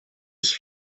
ich